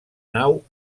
nau